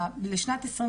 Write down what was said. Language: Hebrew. לשנת 2021